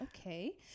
Okay